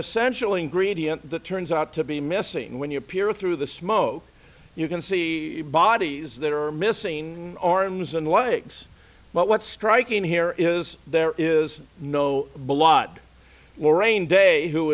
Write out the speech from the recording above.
essential ingredient that turns out to be missing when you appear through the smoke you can see bodies that are missing arms and legs but what's striking here is there is no blood lorraine day who